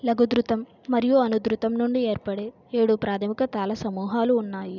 లఘుధృతం మరియు అనుధృతం నుండి ఏర్పడే ఏడు ప్రాథమిక తాళ సమూహాలు ఉన్నాయి